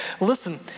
Listen